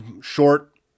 short